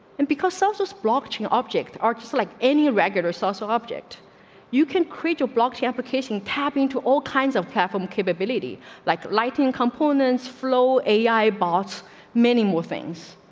and because so so splotchy objects are just like any regular source of object you can creature blocked the application tapping toe all kinds of clapham capability like lighting components flow a. i bought many more things.